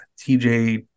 TJ